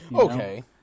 Okay